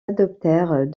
adoptèrent